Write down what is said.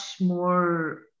more